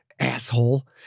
asshole